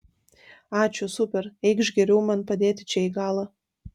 ačiū super eikš geriau man padėti čia į galą